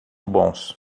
bons